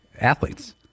athletes